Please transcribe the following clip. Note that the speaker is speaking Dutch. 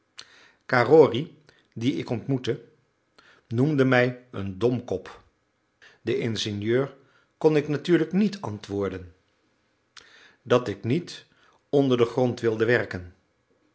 carrory dien ik ontmoette noemde mij een domkop den ingenieur kon ik natuurlijk niet antwoorden dat ik niet onder den grond wilde werken